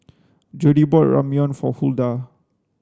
Jody bought Ramyeon for Huldah